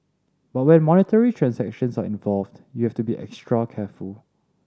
but when monetary transactions are involved you have to be extra careful